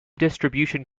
distribution